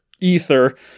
ether